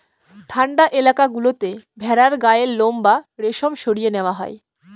ঠান্ডা এলাকা গুলোতে ভেড়ার গায়ের লোম বা রেশম সরিয়ে নেওয়া হয়